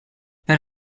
per